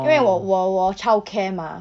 因为我我我 childcare mah